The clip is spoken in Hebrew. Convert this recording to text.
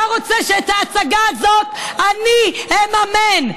אתה רוצה שאת ההצגה הזאת אני אממן.